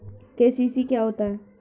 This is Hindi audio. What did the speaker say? के.सी.सी क्या होता है?